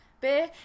beer